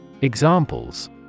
Examples